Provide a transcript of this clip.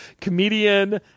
Comedian